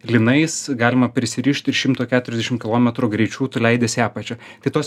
lynais galima prisirišt ir šimto keturiasdešimt kilometrų greičiu tu leidies į apačią tai tos